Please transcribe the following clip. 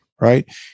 Right